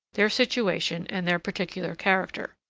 their situation, and their particular character.